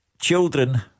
Children